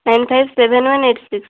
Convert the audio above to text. nine five seven one eight six